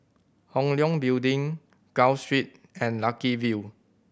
Hong Leong Building Gul Street and Lucky View